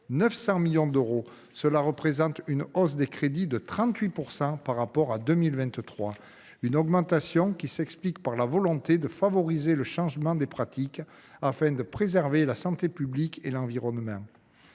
de notre pays. Cela représente une hausse des crédits de 38 % par rapport à 2023, qui s’explique par la volonté de favoriser le changement des pratiques afin de préserver la santé publique et l’environnement.